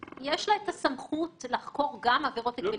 יש לה את הסמכות לחקור גם עבירות הגבלים עסקיים.